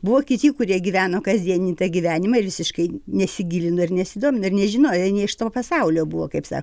buvo kiti kurie gyveno kasdienį gyvenimą ir visiškai nesigilino ir nesidomi ir nežinojo iš to pasaulio buvo kaip sa